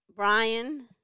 Brian